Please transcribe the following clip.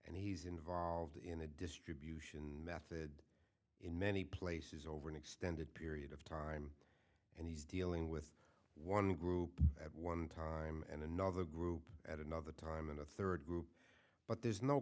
and he's involved in a distribution method in many places over an extended period of time and he's dealing with one group at one time and another group at another time and a third group but there's no